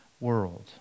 world